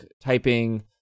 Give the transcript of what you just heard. typing